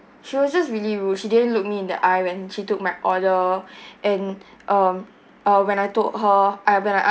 she was just really rude she didn't look me in the eye when she took my order and um uh when I told her I when I